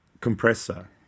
Compressor